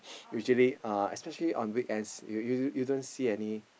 usually uh especially on weekends you you you don't see any